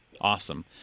Awesome